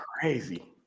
crazy